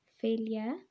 failure